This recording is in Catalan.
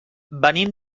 venim